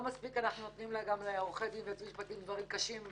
לא מספיק אנחנו נותנים לעורכי דין וליועצים משפטיים דברים קשים,